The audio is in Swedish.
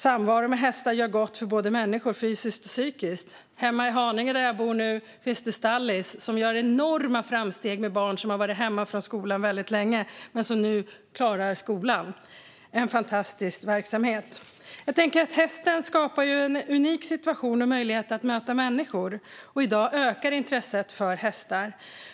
Samvaro med hästar gör gott för människor både fysiskt och psykiskt. Hemma i Haninge där jag nu bor finns det Stallis som gör enorma framsteg med barn som har varit hemma från skolan väldigt länge men som nu klarar skolan. Det är en fantastisk verksamhet. Hästen skapar en unik situation och möjlighet att möta människor. I dag ökar intresset för hästar.